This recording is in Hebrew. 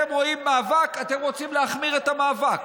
אתם רואים מאבק ואתם רוצים להחמיר את המאבק.